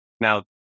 Now